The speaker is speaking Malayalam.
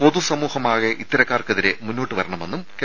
പൊതു സമൂഹമാകെ ഇത്തരക്കാർക്കെതിരെ മുന്നോട്ടു വരണമെന്നും കെ